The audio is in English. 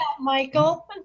Michael